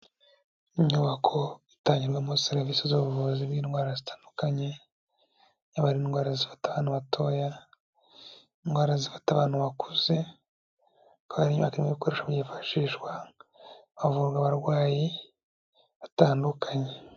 Inyubako itangirwamo serivisi z'ubuvuzi bw'indwara zitandukanye, yaba ari indwara zifata abantu batoya, indwara zifata abantu bakuze, iyi nyubako rero ikaba irimo ibikoresho byifashishwa havurwa abarwayi batandukanye.